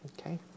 Okay